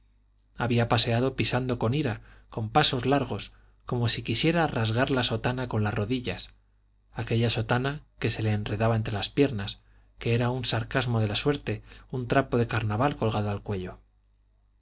había paseado pisando con ira con pasos largos como si quisiera rasgar la sotana con las rodillas aquella sotana que se le enredaba entre las piernas que era un sarcasmo de la suerte un trapo de carnaval colgado al cuello